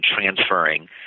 transferring